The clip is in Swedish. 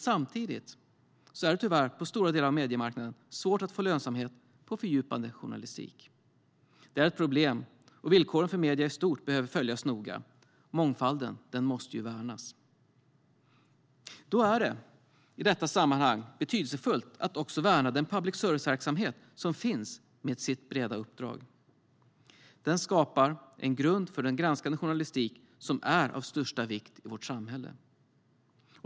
Samtidigt är det tyvärr på stora delar av mediemarknaden svårt att få lönsamhet i fördjupande journalistik. Det är ett problem, och villkoren för medier i stort behöver följas noga. Mångfalden måste värnas. Det är i detta sammanhang betydelsefullt att också värna den public service-verksamhet som finns med sitt breda uppdrag. Den skapar en grund för den granskande journalistik som är av största vikt i vårt samhälle.